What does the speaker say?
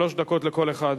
שלוש דקות לכל אחד.